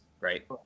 right